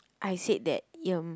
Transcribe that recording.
I said that um